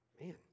Man